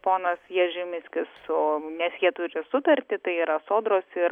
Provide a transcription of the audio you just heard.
ponas ježimiskis su nes jie turi sutartį tai yra sodros ir